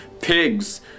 pigs